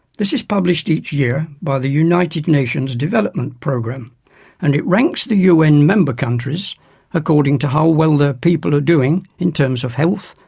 this is published each year by the united nations development programme and it ranks the un member countries according to how well their people are doing in terms of health,